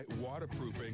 Waterproofing